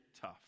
tough